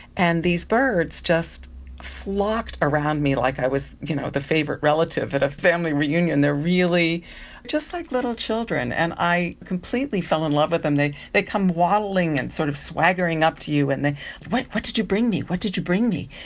and these birds just flocked around me like i was you know the favourite relative at a family reunion. they are really just like little children, and i completely fell in love with them. they they come waddling in, and sort of swaggering up to you, and what what did you bring me, what did you bring me?